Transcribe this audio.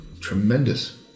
tremendous